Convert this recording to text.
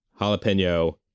jalapeno